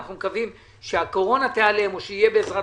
אנחנו מקווים שהקורונה תיעלם או שיהיה בעזרת